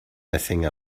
messing